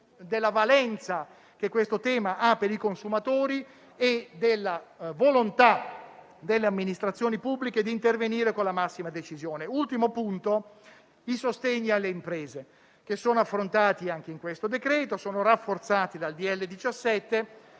della valenza che questo tema ha per i consumatori e della volontà delle amministrazioni pubbliche di intervenire con la massima decisione. Passo all'ultimo tema. I sostegni alle imprese sono affrontati anche nel provvedimento in esame e rafforzati dal